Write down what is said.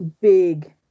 big